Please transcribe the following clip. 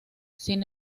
sin